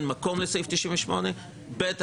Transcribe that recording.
אין מקום לסעיף 98. ב',